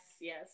Yes